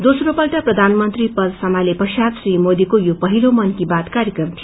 दोम्रो पल्ट प्रधानमंत्री पद सम्भाले पश्चात श्री मोदीको यो महिलो मनकी बात कार्यक्रम थियो